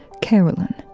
Carolyn